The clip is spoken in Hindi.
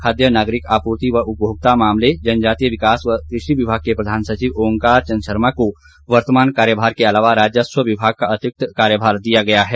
खाद्य नागरिक आपूर्ति व उपभोक्ता मामले जनजातीय विकास व कृषि विभाग के प्रधान सचिव ओंकार चंद शर्मा को वर्तमान कार्यभार के अलावा राजस्व विभाग का अतिरिक्त कार्यभार दिया गया है